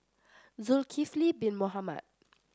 Zulkifli Bin Mohamed